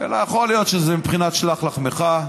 אלא יכול להיות שזה בבחינת שלח לחמך,